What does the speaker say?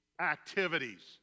activities